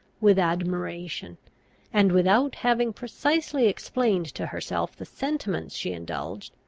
with admiration and, without having precisely explained to herself the sentiments she indulged,